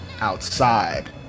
outside